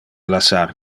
lassar